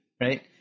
right